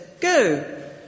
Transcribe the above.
Go